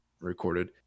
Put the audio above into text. recorded